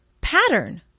pattern